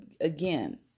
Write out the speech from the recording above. again